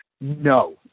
no